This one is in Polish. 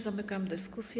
Zamykam dyskusję.